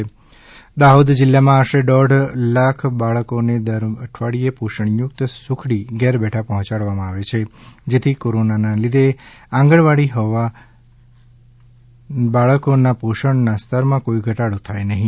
દાહોદના બાળકોને સુખડી વિતરણ દાહોદ જિલ્લામાં આશરે દોઢ લાખ બાળકોને દર અઠવાડિયે પોષણયુક્ત સુખડી ઘેર બેઠા પહોચાડવામાં આવે છે જેથી કોરોનાને લીધે આંગણવાડી હોવા બાળકોના પોષણ સ્તરમાં કોઈ ઘટાડો થાય નહીં